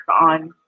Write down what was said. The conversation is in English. on